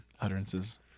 utterances